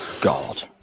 god